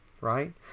Right